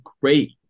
great